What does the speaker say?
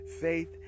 faith